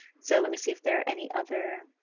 so let me see if there any other